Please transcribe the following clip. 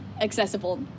accessible